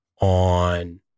on